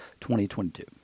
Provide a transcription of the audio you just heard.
2022